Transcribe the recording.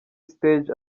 stage